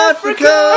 Africa